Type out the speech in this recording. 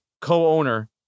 co-owner